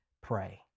pray